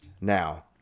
Now